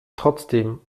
trotzdem